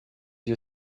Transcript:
you